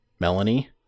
Melanie